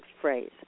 phrase